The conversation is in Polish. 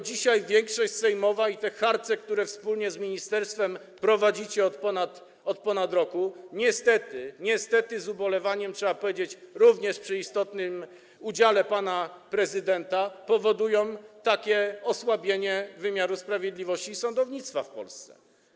Dzisiaj większość sejmowa, te harce, które wspólnie z ministerstwem prowadzicie od ponad roku, niestety z ubolewaniem trzeba powiedzieć, że również przy istotnym udziale pana prezydenta, powodują takie osłabienie wymiaru sprawiedliwości i sądownictwa w Polsce.